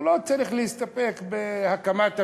ולא צריך להסתפק בהקמת המדינה,